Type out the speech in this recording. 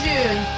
June